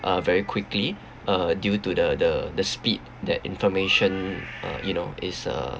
uh very quickly uh due to the the the speed that information uh you know is uh